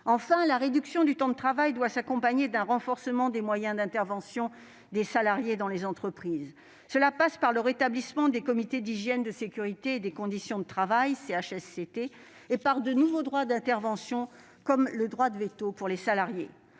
Enfin, la réduction du temps de travail doit s'accompagner d'un renforcement des moyens d'intervention des salariés dans les entreprises. Cela passe par le rétablissement des CHSCT (comités d'hygiène, de sécurité et des conditions de travail) et par de nouveaux droits d'intervention, comme le droit de veto des salariés.